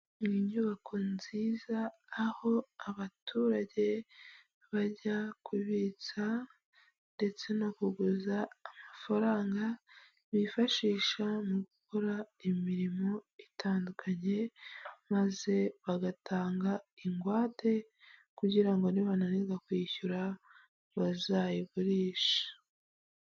Ni nyubako nziza, aho abaturage bajya kubitsa ndetse no kuguza amafaranga, bifashisha mu gukora imirimo itandukanye maze bagatanga ingwate kugira ngo nibananirwa kuyishyura, bazayigurishe.